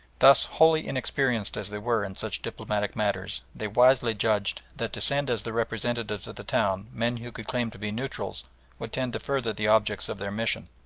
thus, wholly inexperienced as they were in such diplomatic matters, they wisely judged that to send as the representatives of the town men who could claim to be neutrals would tend to further the objects of their mission.